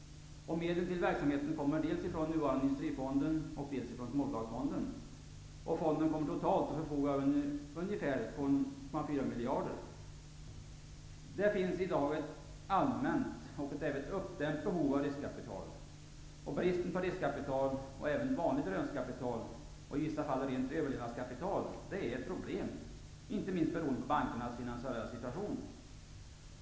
Medlen till verksamheten kommer dels från nuvarande Industrifonden, dels från Småföretagsfonden. Fonden kommer totalt att förfoga över ungefär 2,4 miljarder. Det finns i dag ett allmänt och även ett uppdämt behov av riskkapital. Bristen på riskkapital och även vanligt rörelsekapital och i vissa fall rent överlevnadskapital är ett problem, inte minst beroende på bankernas finansiella situation.